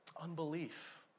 Unbelief